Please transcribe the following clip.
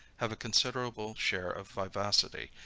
have a considerable share of vivacity,